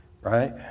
right